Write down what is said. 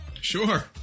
Sure